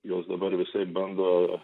jos dabar visaip bando